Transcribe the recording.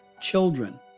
children